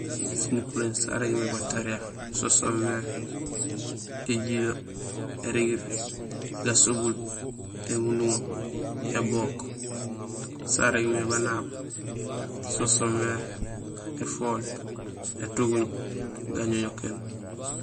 Sinukuréén sarégmé batariya so soomé éjilee, érigirig, gasobul, émunduŋo, ébook; sarégmé banaab so soomé: éfool, étuguñ, gañoñokéén.